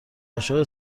عاشق